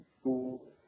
school